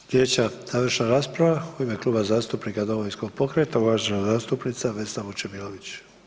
Slijedeća završna rasprava u ime Kluba zastupnika Domovinskog pokreta, uvažena zastupnica Vesna Vučemilović.